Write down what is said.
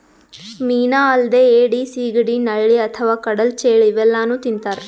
ಮೀನಾ ಅಲ್ದೆ ಏಡಿ, ಸಿಗಡಿ, ನಳ್ಳಿ ಅಥವಾ ಕಡಲ್ ಚೇಳ್ ಇವೆಲ್ಲಾನೂ ತಿಂತಾರ್